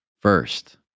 first